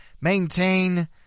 maintain